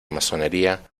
masonería